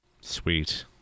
Sweet